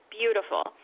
beautiful